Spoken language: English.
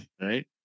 Right